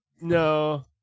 No